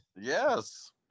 Yes